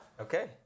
Okay